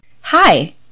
Hi